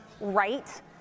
right